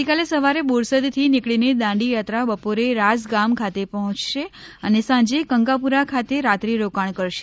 આવતીકાલે સવારે બોરસદથી નીકળીને દાંડીયાત્રા બપોરે રાસ ગામ ખાતે પહોયશે અને સાંજે કંકાપુરા ખાતે રાત્રી રોકાણ કરશે